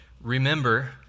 remember